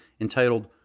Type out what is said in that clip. entitled